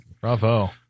Bravo